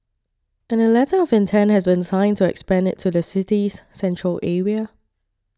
and a letter of intent has been signed to expand it to the city's central area